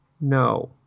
No